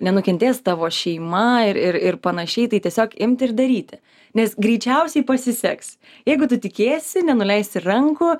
nenukentės tavo šeima ir ir ir panašiai tai tiesiog imti ir daryti nes greičiausiai pasiseks jeigu tu tikėsi nenuleisti rankų